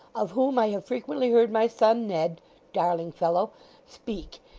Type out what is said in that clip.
of whom i have frequently heard my son ned darling fellow speak,